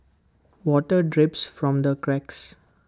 water drips from the cracks